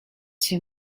too